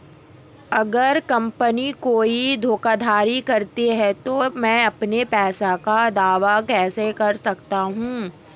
अगर कंपनी कोई धोखाधड़ी करती है तो मैं अपने पैसे का दावा कैसे कर सकता हूं?